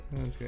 Okay